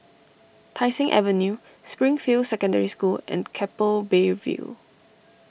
Tai Seng Avenue Springfield Secondary School and Keppel Bay View